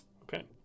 Okay